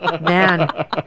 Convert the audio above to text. Man